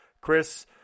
chris